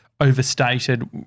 overstated